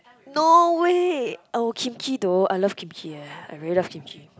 no way oh Kimchi though I love Kimchi eh I really love Kimchi